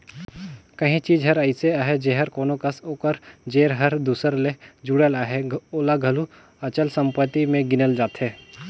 काहीं चीज हर अइसे अहे जेहर कोनो कस ओकर जेर हर दूसर ले जुड़ल अहे ओला घलो अचल संपत्ति में गिनल जाथे